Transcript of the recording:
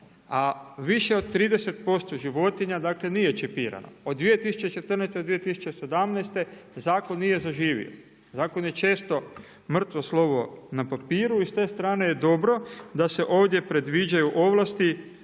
a više od 30% životinja, dakle nije čipirano. Od 2014. do 2017. zakon nije zaživio. Zakon je često mrtvo slovo na papiru i s te strane je dobro da se ovdje predviđaju ovlasti